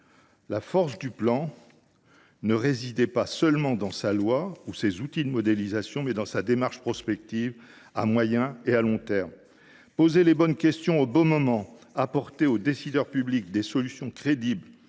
La force du Plan ne résidait pas seulement dans sa loi ou ses outils de modélisation, mais dans sa démarche prospective à moyen et long termes. Poser les bonnes questions au bon moment, apporter aux décideurs publics les solutions crédibles